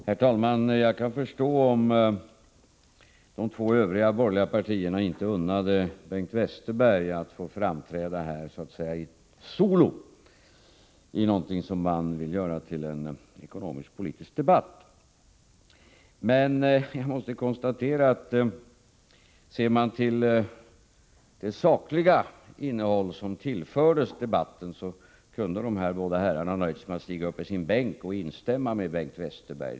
Herr talman! Jag kan förstå att de två övriga borgerliga partierna inte unnade Bengt Westerberg att här få uppträda solo i någonting som man vill göra till en ekonomisk-politisk debatt. Ser man till det sakliga innehåll som tillfördes debatten måste man dock konstatera att de båda herrarna kunde ha nöjt sig med att resa sig upp i sina bänkar och instämma i Bengt Westerbergs anförande.